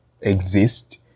exist